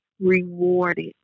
rewarded